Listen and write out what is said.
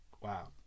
wow